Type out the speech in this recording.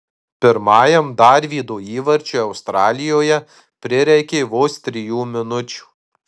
pirmajam darvydo įvarčiui australijoje prireikė vos trijų minučių